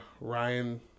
Ryan